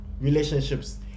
relationships